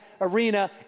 Arena